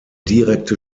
direkte